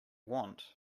want